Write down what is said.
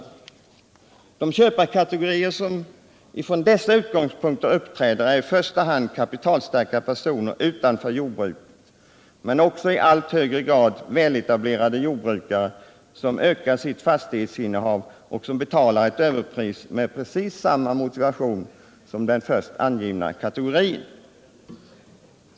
De mindre och De köparkategorier som från dessa utgångspunkter uppträder är i första — medelstora hand kapitalstarka personer utanför jordbruket men också och i allt högre — företagens utveckgrad väletablerade jordbrukare, som ökar sitt fastighetsinnehav och beling, m.m. talar ett överpris med precis samma motivering som den först angivna kategorin.